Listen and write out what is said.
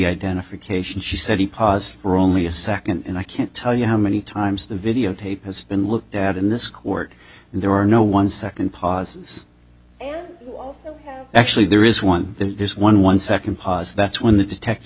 identification she said he paused for only a second and i can't tell you how many times the videotape has been looked at in this court and there are no one second pauses actually there is one there's one one second pause that's when the detect